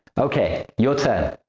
okay your turn!